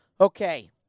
Okay